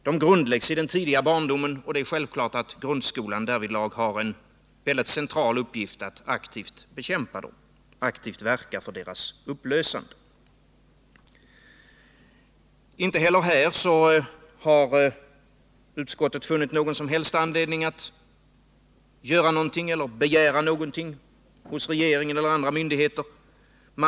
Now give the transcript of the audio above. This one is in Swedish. De grundläggs i den tidiga barndomen, och det är självklart att grundskolan därvidlag har en mycket central uppgift i att aktivt bekämpa dem, verka för deras upplösande. Inte heller här har utskottet funnit någon som helst anledning att göra något eller begära något hos regeringen eller andra myndigheter.